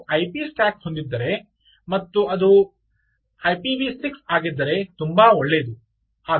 ನೀವು IP stack ಹೊಂದಿದ್ದರೆ ಮತ್ತು ಅದು ಐಪಿವಿ 6 ಆಗಿದ್ದರೆ ತುಂಬಾ ಒಳ್ಳೆಯದು